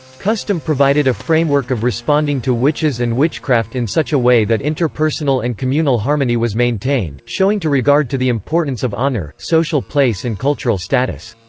custom provided a framework of responding to witches and witchcraft in such a way that interpersonal and communal harmony was maintained, showing to regard to the importance of honour, social place and cultural status.